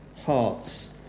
hearts